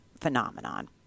phenomenon